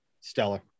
stellar